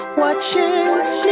Watching